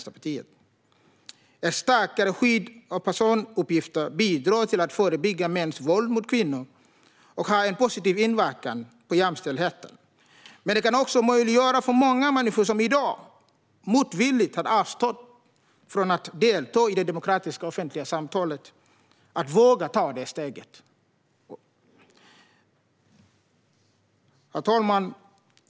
Ett starkare skydd av personuppgifter bidrar till att förebygga mäns våld mot kvinnor och har en positiv inverkan på jämställdheten, men det kan också möjliggöra för många människor som i dag motvilligt har avstått från att delta i det demokratiska och offentliga samtalet att våga ta det steget. Herr talman!